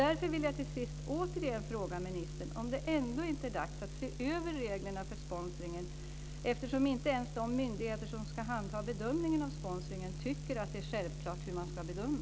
Därför vill jag till sist återigen fråga ministern om det ändå inte är dags att se över reglerna för sponsringen, eftersom inte ens de myndigheter som ska handha bedömningen av sponsringen tycker att det är självklart hur man ska bedöma.